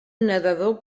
nedador